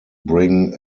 bring